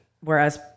whereas